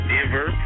Denver